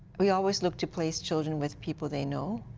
we always look to place children with people they know.